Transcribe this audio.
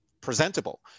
presentable